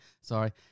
Sorry